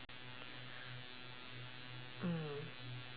mm